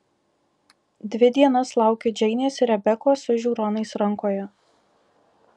dvi dienas laukiu džeinės ir rebekos su žiūronais rankoje